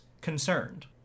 concerned